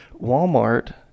Walmart